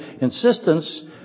insistence